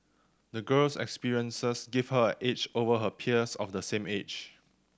the girl's experiences gave her an edge over her peers of the same age